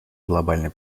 глобальное